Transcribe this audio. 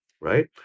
Right